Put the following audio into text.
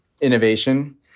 innovation